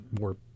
more